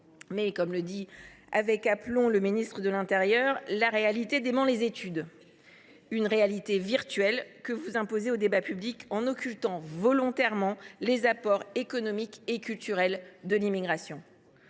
Mais, comme le dit avec aplomb le ministre de l’intérieur, « la réalité dément les études ». Quelle réalité ? Une réalité virtuelle que vous imposez au débat public en occultant volontairement les apports économiques et culturels de l’immigration.